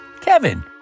Kevin